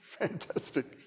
fantastic